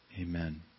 Amen